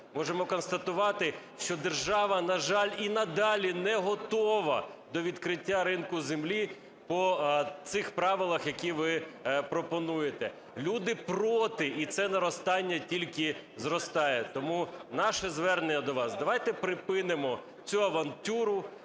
Можемо констатувати, що держава, на жаль, і надалі не готова до відкриття ринку землі по цих правилах, які ви пропонуєте. Люди проти. І це наростання тільки зростає. Тому наше звернення до вас. Давайте припинимо цю авантюру.